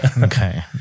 Okay